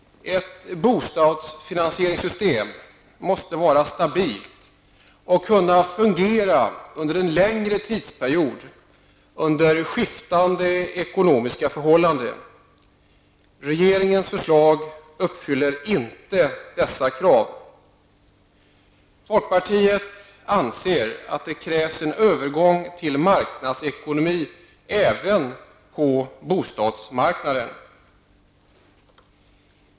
Ett bostadsfinansieringssystem måste vara stabilt och kunna fungera över en längre tidsperiod under skiftande ekonomiska förhållanden. Regeringens förslag uppfyller inte dessa krav. Vi i folkpartiet anser att det krävs en övergång till marknadsekonomi även på bostadsmarknaden.